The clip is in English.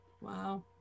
Wow